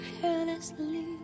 carelessly